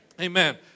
Amen